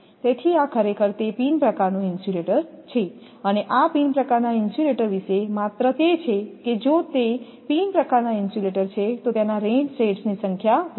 તેથી આ ખરેખર તે પિન પ્રકારનું ઇન્સ્યુલેટર છે અને આ પિન પ્રકારનાં ઇન્સ્યુલેટર વિશે માત્ર તે છે કે જો તે પિન પ્રકારનાં ઇન્સ્યુલેટર છે તો તેના રેઇન શેડની સંખ્યા વધશે